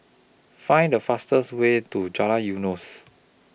Find The fastest Way to Jalan Eunos